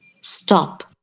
Stop